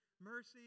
mercy